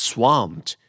Swamped